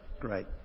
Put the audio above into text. Great